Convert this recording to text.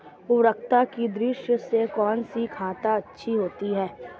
उर्वरकता की दृष्टि से कौनसी खाद अच्छी होती है?